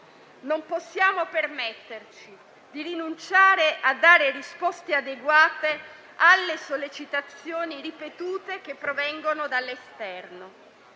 Non possiamo permetterci di rinunciare a dare risposte adeguate alle sollecitazioni ripetute che provengono dall'esterno.